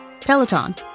Peloton